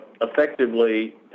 effectively